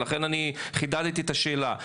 לכן אני חידדתי את השאלה.